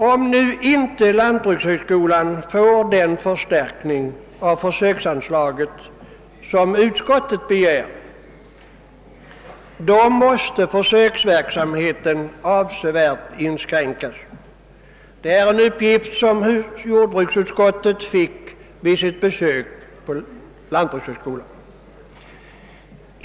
Om lantbrukshögskolan inte får den förstärkning av försöksanslaget, som utskottet begär, måste försöksverksamheten avsevärt inskränkas. Det är en uppgift som jordbruksutskottet fick vid sitt besök på lantbrukshögskolan.